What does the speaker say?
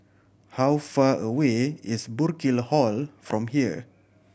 how far away is Burkill Hall from here